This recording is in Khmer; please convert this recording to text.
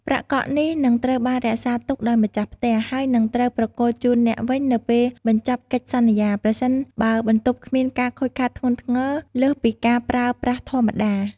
ប្រាក់កក់នេះនឹងត្រូវបានរក្សាទុកដោយម្ចាស់ផ្ទះ ហើយនឹងត្រូវប្រគល់ជូនអ្នកវិញនៅពេលបញ្ចប់កិច្ចសន្យា ប្រសិនបើបន្ទប់គ្មានការខូចខាតធ្ងន់ធ្ងរលើសពីការប្រើប្រាស់ធម្មតា។